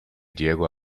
diego